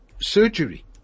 surgery